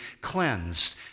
cleansed